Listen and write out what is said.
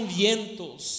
vientos